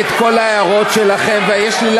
על מה הוא יגיב?